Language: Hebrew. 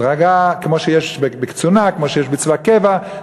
הדרגה כמו שיש בקצונה, כמו שיש בצבא הקבע.